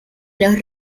los